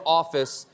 office